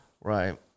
Right